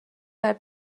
برای